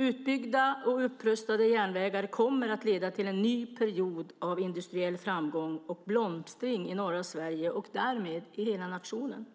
Utbyggda och upprustade järnvägar kommer att leda till en ny period av industriell framgång och blomstring i norra Sverige och därmed i hela nationen.